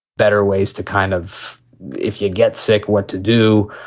better ways to kind of if you get sick, what to do